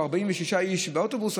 או 46 איש באוטובוס,